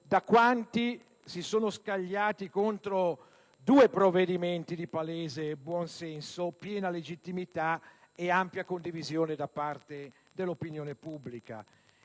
da quanti si sono scagliati contro due provvedimenti di palese buon senso, che hanno invece piena legittimità e ampia condivisione da parte dell'opinione pubblica.